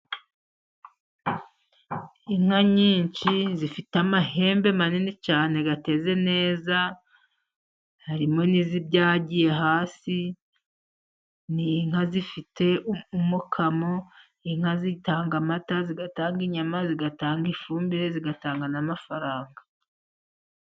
Inka nyinshi zifite amahembe manini cyane ateze neza. Harimo n'izibyagiye hasi, ni inka zifite umukamo. Inka zitanga amata, zigatanga inyama, zigatanga ifumbire, zigatanga n'amafaranga.